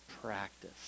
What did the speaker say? practice